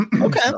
Okay